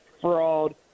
fraud